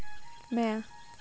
म्या